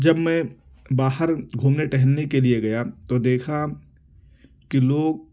جب میں باہر گھومنے ٹہلنے کے لیے گیا تو دیکھا کہ لوگ